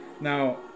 Now